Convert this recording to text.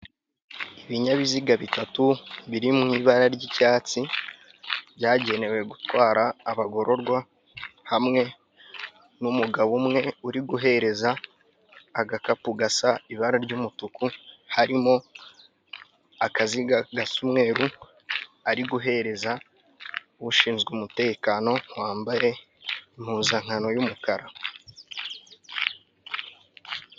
Ibinyabiziga bitatu biri mu ibara ry'icyatsi byagenewe gutwara abagororwa hamwe n'umugabo umwe uri guhereza agakapu gasa ibara ry'umutuku, harimo akaziga gasa umweru ari guhereza ushinzwe umutekano wambayere impuzankano y'umukara.